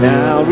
Now